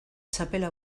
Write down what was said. txapela